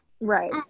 Right